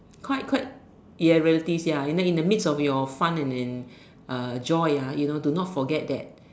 quite quite ya realities ya and then in the midst of your fun and and uh joy ah you know do not forget that